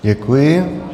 Děkuji.